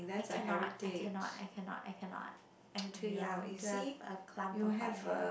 I cannot I cannot I cannot I cannot I'm too young to have a clump of white hair